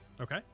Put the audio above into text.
Okay